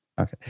Okay